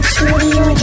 Studio